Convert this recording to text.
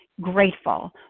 grateful